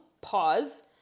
Pause